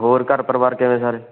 ਹੋਰ ਘਰ ਪਰਿਵਾਰ ਕਿਵੇਂ ਸਾਰੇ